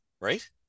right